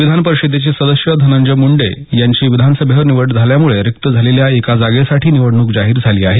विधान परिषदेचे सदस्य धनंजय मुंडे यांची विधानसभेवर निवड झाल्यामुळे रिक्त झालेल्या एका जागेसाठी निवडणूक जाहीर झाली आहे